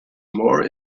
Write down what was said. more